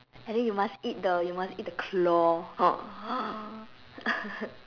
and then you must eat the you must eat the claw